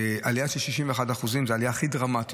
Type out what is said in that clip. עלייה של 61%. זו העלייה הכי דרמטית